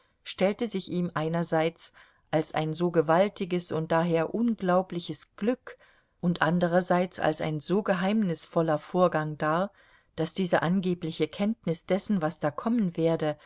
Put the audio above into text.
stellte sich ihm einerseits als ein so gewaltiges und daher unglaubliches glück und anderseits als ein so geheimnisvoller vorgang dar daß diese angebliche kenntnis dessen was da kommen werde